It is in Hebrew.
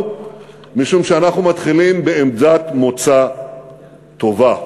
משום שאנחנו מתחילים בעמדת מוצא טובה.